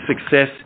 success